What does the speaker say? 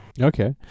Okay